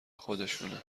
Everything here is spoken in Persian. خودشونه